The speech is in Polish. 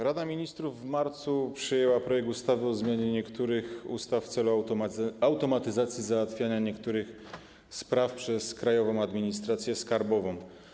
Rada Ministrów w marcu przyjęła projekt ustawy o zmianie niektórych ustaw w celu automatyzacji załatwiania niektórych spraw przez Krajową Administrację Skarbową.